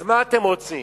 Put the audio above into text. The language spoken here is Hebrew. אז מה אתם רוצים?